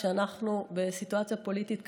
כשאנחנו בסיטואציה פוליטית קשה.